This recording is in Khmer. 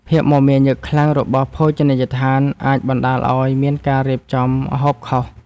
ភាពមមាញឹកខ្លាំងរបស់ភោជនីយដ្ឋាន អាចបណ្ដាលឱ្យមានការរៀបចំម្ហូបខុស។